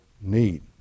need